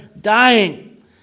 dying